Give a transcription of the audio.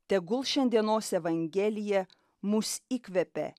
tegul šiandienos evangelija mus įkvepia